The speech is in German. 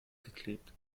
geklebt